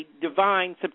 divine